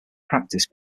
practice